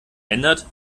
ändert